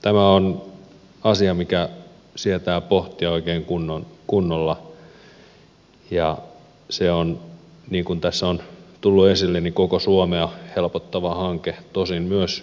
tämä on asia mitä sietää pohtia oikein kunnolla ja se on niin kuin tässä on tullut esille koko suomea helpottava hanke tosin myös satakuntaa